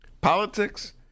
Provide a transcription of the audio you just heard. politics